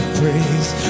praise